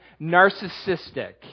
narcissistic